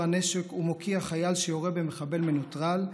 הנשק ומוקיע חייל שיורה במחבל מנוטרל,